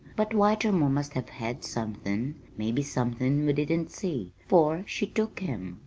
but whitermore must have had somethin' maybe somethin' we didn't see, for she took him.